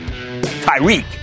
Tyreek